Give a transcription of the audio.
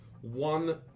one